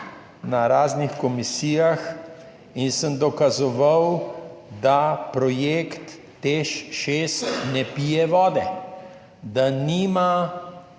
na raznih komisijah, in sem dokazoval, da projekt Teš 6 ne pije vode, da nima